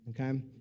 okay